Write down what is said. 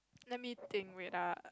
let me think wait ah